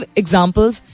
examples